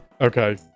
Okay